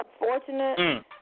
unfortunate